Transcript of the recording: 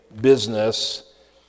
business